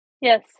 Yes